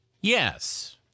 Yes